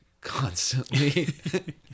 constantly